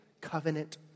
covenant